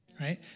Right